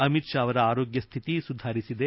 ಅಮಿತ್ ಶಾ ಅವರ ಆರೋಗ್ಯ ಸ್ಥಿತಿ ಸುಧಾರಿಸಿದೆ